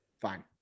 fine